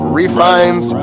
refines